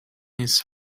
his